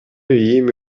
иим